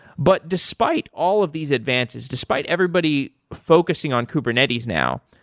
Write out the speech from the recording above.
but despite all of these advances, despite everybody focusing on kubernetes now,